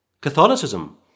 Catholicism